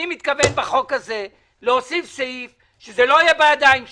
אני מתכוון בחוק הזה להוסיף סעיף שזה לא יהיה בידיים שלהם.